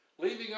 leaving